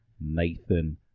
Nathan